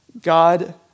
God